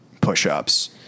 push-ups